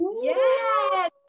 Yes